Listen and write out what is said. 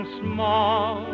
small